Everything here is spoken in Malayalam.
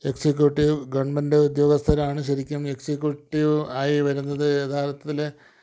എക്സിക്യൂട്ടീവ് ഗവൺമെൻ്റ് ഉദ്യോഗസ്ഥരാണ് ശരിക്കും എക്സിക്യൂട്ടീവ് ആയി വരുന്നത് യഥാർത്ഥത്തിൽ